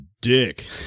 Dick